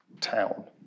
town